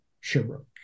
Sherbrooke